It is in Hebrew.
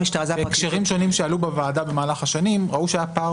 בהקשרים שונים שעלו בוועדה במהלך השנים ראו שהיה פער